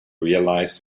realize